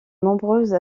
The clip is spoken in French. nombreuses